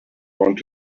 want